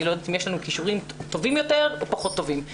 אני לא יודעת אם יש לנו כישורים טובים יותר או פחות טובים,